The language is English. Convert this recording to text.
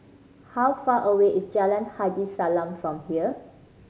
how far away is Jalan Haji Salam from here